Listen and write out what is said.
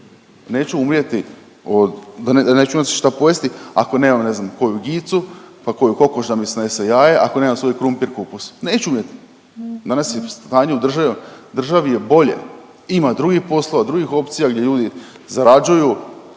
neću umrijeti od, neću imat šta pojesti ako nemam ne znam koju gicu, pa koju kokoš da mi snese jaje, ako nemam svoj krumpir i kupus, neću umrijet. Danas je stanje u državi, u državi je bolje, ima drugih poslova, drugih opcija gdje ljudi zarađuju,